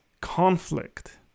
conflict